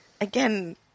again